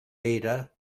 leader